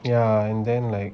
ya and then like